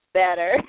better